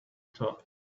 thought